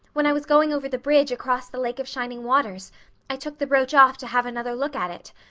when i was going over the bridge across the lake of shining waters i took the brooch off to have another look at it.